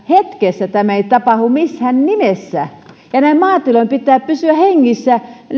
hetkessä tämä ei tapahdu missään nimessä ja maatilojen pitää pysyä hengissä